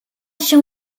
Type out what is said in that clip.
się